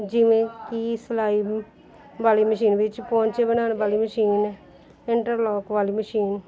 ਜਿਵੇਂ ਕਿ ਸਿਲਾਈ ਵ ਵਾਲੀ ਮਸ਼ੀਨ ਵਿੱਚ ਪੋਂਚੇ ਬਣਾਉਣ ਵਾਲੀ ਮਸ਼ੀਨ ਇੰਟਰਲੋਕ ਵਾਲੀ ਮਸ਼ੀਨ